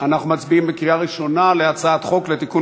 אנחנו מצביעים בקריאה ראשונה על הצעת חוק לתיקון